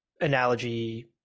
analogy